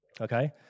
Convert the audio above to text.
Okay